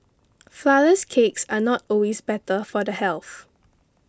Flourless Cakes are not always better for the health